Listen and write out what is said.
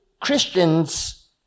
Christians